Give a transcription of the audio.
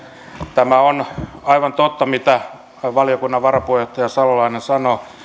tämä on aivan totta mitä valiokunnan varapuheenjohtaja salolainen sanoi